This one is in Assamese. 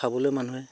খাবলৈ মানুহে